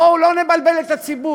בואו לא נבלבל את הציבור.